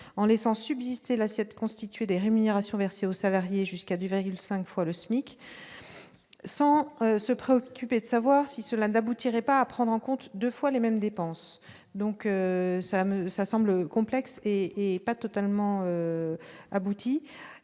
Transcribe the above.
en laissant subsister la cette constituer des rémunérations versées aux ça varier jusqu'à des véhicules 5 fois le SMIC. Sans se préoccuper de savoir si cela n'aboutirait pas à prendre en compte 2 fois les mêmes dépenses. Donc ça me ça semble complexe et et pas totalement abouti,